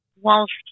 whilst